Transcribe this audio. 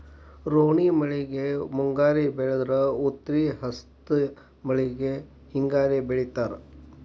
ರೋಣಿ ಮಳೆಗೆ ಮುಂಗಾರಿ ಬೆಳದ್ರ ಉತ್ರಿ ಹಸ್ತ್ ಮಳಿಗೆ ಹಿಂಗಾರಿ ಬೆಳಿತಾರ